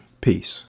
peace